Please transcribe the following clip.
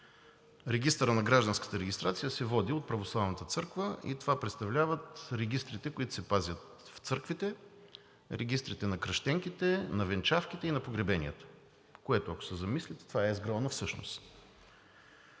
Регистърът на гражданската регистрация се е водел от Православната църква и това представляват регистрите, които се пазят в църквите, регистрите на кръщенките, на венчавките и на погребенията, което, ако се замислите, е ЕСГРАОН всъщност.